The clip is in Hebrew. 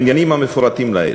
בעניינים המפורטים לעיל.